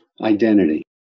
identity